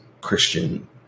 Christian